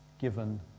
given